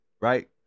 right